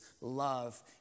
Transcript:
love